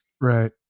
right